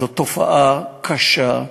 זו תופעה קשה,